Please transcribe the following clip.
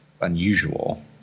unusual